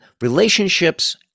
relationships